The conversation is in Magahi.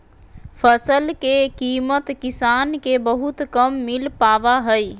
फसल के कीमत किसान के बहुत कम मिल पावा हइ